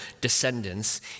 descendants